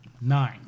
Nine